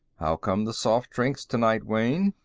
how come the soft drinks tonight, wayne?